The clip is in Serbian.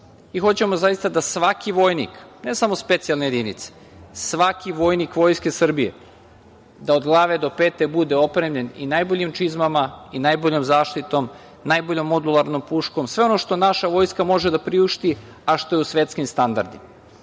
i hoćemo, zaista, da svaki vojnik, ne samo specijalne jedinice, svaki vojnik Vojske Srbije, da od glave do pete bude opremljen i najboljim čizmama i najboljom zaštitom, najboljom modularnom puškom, sve ono što naša vojska može da priušti, a što je u svetskim standardima. Poštujući